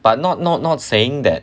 but not not not saying that